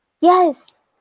Yes